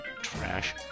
Trash